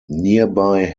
nearby